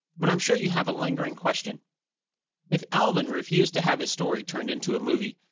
but i'm sure you have a lingering question if alvin refused to have his story turned into a movie,